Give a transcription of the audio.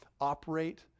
operate